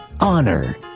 honor